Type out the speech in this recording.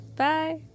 Bye